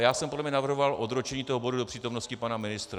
Já jsem podle mě navrhoval odročení bodu do přítomnosti pana ministra.